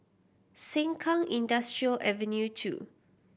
Sengkang Industrial Avenue Two